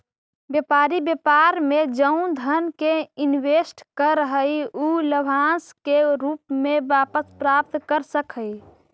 व्यापारी व्यापार में जउन धन के इनवेस्ट करऽ हई उ लाभांश के रूप में वापस प्राप्त कर सकऽ हई